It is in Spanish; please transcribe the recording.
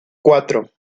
cuatro